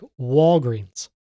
walgreens